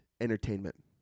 entertainment